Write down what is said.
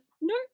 no